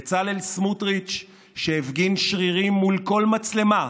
בצלאל סמוטריץ', שהפגין שרירים מול כל מצלמה,